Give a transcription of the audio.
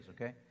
okay